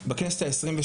בכנסת ה-23.